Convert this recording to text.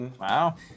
Wow